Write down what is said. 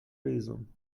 reason